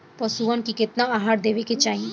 पशुअन के केतना आहार देवे के चाही?